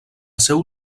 seu